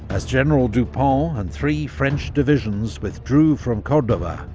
as general dupont and three french divisions withdrew from cordoba,